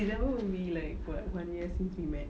december will be like what one year since we met